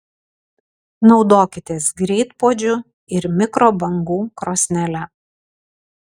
naudokitės greitpuodžiu ir mikrobangų krosnele